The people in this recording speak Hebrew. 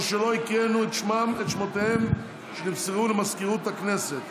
שלא הקראנו את שמותיהם שנמסרו למזכירות הכנסת?